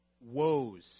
woes